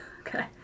Okay